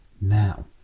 Now